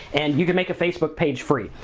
and you can make a facebook page free.